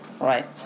right